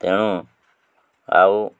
ତେଣୁ ଆଉ